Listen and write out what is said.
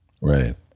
Right